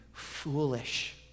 Foolish